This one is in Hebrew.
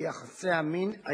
יעקב נאמן.